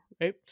right